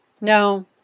No